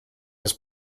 his